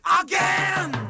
again